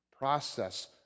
process